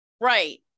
Right